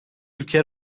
ülke